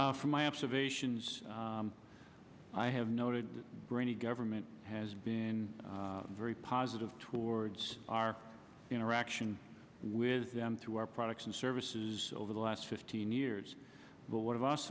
from my observations i have noted brainy government has been very positive towards our interaction with them through our products and services over the last fifteen years but what